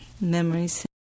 memories